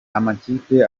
amakipe